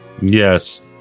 Yes